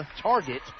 target